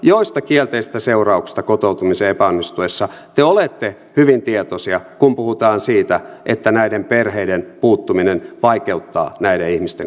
näistä kielteisistä seurauksista kotoutumisen epäonnistuessa te olette hyvin tietoisia kun puhutaan siitä että näiden perheiden puuttuminen vaikeuttaa näiden ihmisten kotoutumista